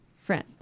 friend